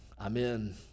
Amen